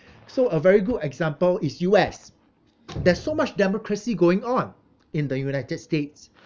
so a very good example is U_S there's so much democracy going on in the united states